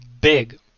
big